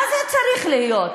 מה זה צריך להיות?